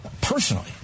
personally